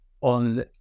on